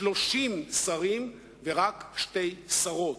30 שרים ורק שתי שרות.